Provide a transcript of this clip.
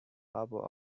harbor